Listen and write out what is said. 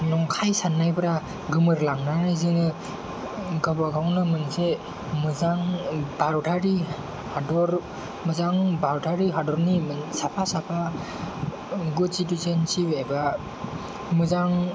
नंखाय साननायफोरा गोमोर लांनानै जोङो गावबागावनो मोनसे मोजां भारतारि हादर मोजां भारतारि हादरनि साफा साफा गुड सिटिजेन एबा मोजां